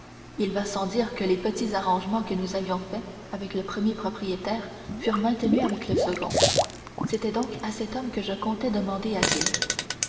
il va sans dire que les petits arrangements que nous avions faits avec le premier propriétaire furent maintenus avec le second c'était donc à cet homme que je comptais demander asile